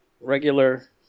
regular